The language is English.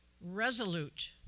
resolute